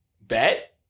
Bet